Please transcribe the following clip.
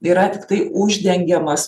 yra tiktai uždengiamas